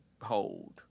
hold